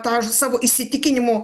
tą savo įsitikinimų